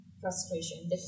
frustration